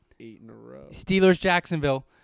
Steelers-Jacksonville